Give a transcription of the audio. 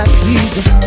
please